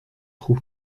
trou